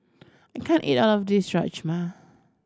I can't eat all of this Rajma